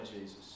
Jesus